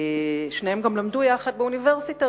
שניהם גם למדו יחד באוניברסיטה,